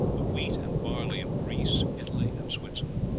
the wheat and barley of greece, italy, and switzerland.